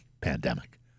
pandemic